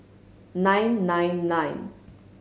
nine nine nine